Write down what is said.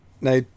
now